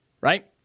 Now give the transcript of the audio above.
right